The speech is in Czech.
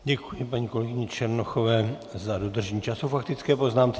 Děkuji paní kolegyni Černochové za dodržení času k faktické poznámce.